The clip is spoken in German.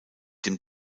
dem